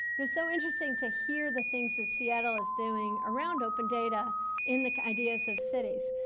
it was so interesting to hear the things that seattle is doing around open data in the ideas of cities.